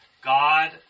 God